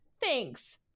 thanks